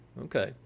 Okay